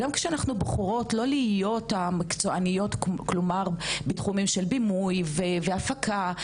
גם כשאנחנו בוחרות לא להיות המקצועניות בתחומים של בימוי והפקה,